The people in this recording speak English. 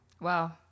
Wow